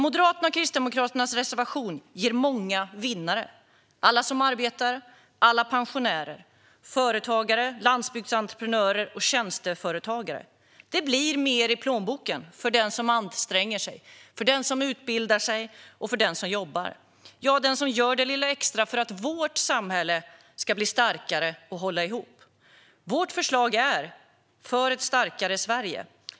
Moderaternas och Kristdemokraternas reservation ger många vinnare. Det är alla som arbetar, alla pensionärer, företagare, landsbygdsentreprenörer och tjänsteföretagare. Det blir mer i plånboken för den som anstränger sig, den som utbildar sig, den som jobbar och den som gör det lilla extra för att vårt samhälle ska bli starkare och hålla ihop. Vårt förslag är för ett starkare Sverige.